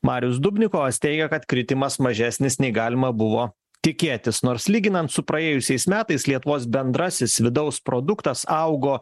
marius dubnikovas teigia kad kritimas mažesnis nei galima buvo tikėtis nors lyginant su praėjusiais metais lietuvos bendrasis vidaus produktas augo